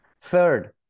Third